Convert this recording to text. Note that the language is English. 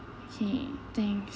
okay thanks